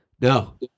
No